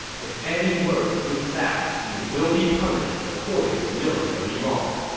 if any word leaks out, you will be punished according to military law.